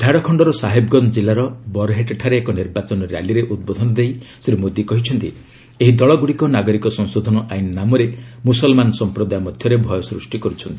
ଝାଡ଼ଖଣର ସାହେବଗଞ୍ଜ କିଲ୍ଲାର ବରହେଟ୍ଠାରେ ଏକ ନିର୍ବାଚନ ର୍ୟାଲିରେ ଉଦ୍ବୋଧନ ଦେଇ ଶ୍ରୀ ମୋଦୀ କହିଛନ୍ତି ଏହି ଦଳଗୁଡ଼ିକ ନାଗରିକ ସଂଶୋଧନ ଆଇନ୍ ନାମରେ ମୁସଲମାନ ସମ୍ପ୍ରଦାୟ ମଧ୍ୟରେ ଭୟ ସୃଷ୍ଟି କରୁଛନ୍ତି